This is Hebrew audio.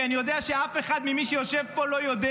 כי אני יודע שאף אחד ממי שיושב פה לא יודע